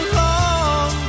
long